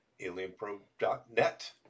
alienprobe.net